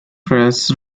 press